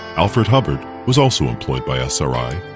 alfred hubbard was also employed by sri,